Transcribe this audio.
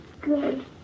Good